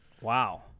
Wow